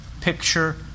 picture